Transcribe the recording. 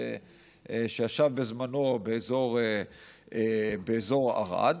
שישב בזמנו באזור ערד,